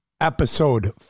episode